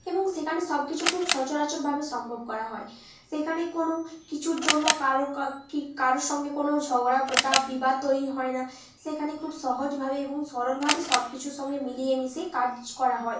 এবং সেখানে সব কিছু খুব সচরাচরভাবে সম্ভব করা হয় সেখানে কোনো কিছুর জন্য কারো কারো সঙ্গে কোনো ঝগড়া বা বিবাদ তৈরি হয় না সেখানে খুব সহজভাবে এবং সরলভাবে সব কিছুর সঙ্গে মিলিয়ে মিশিয়ে কাজ করা হয়